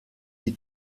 die